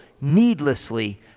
needlessly